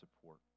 support